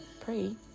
pray